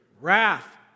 wrath